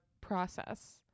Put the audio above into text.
process